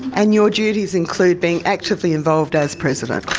and your duties include being actively involved as president?